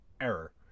error